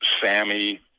Sammy